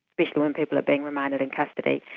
especially when people are being remanded in custody.